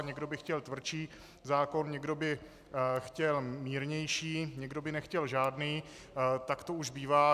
Někdo by chtěl tvrdší zákon, někdo by chtěl mírnější, někdo by nechtěl žádný, tak to už bývá.